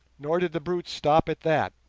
nor did the brutes stop at that.